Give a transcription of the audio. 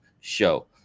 show